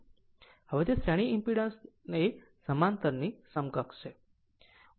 હવે તે શ્રેણી ઈમ્પીડન્સ એ સમાંતરની સમકક્ષ છે